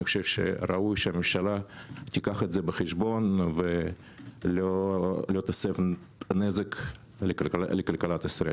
אני חושב שראוי שהממשלה תיקח זאת בחשבון ולא תסב נזק לכלכלת ישראל.